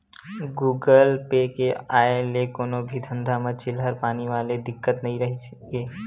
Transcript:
Google Pay के आय ले कोनो भी धंधा म चिल्हर पानी वाले दिक्कत नइ रहिगे हे